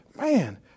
man